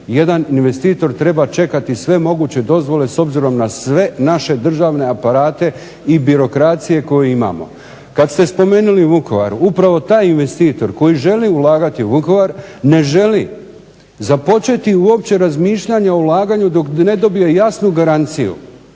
Jedan investitor treba čekati sve moguće dozvole s obzirom na sve naše državne aparate i birokracije koju imamo. Kad ste spomenuli Vukovar, upravo taj investitor koji želi ulagati u Vukovar ne želi započeti uopće razmišljanje o ulaganju dok ne dobije jasnu garanciju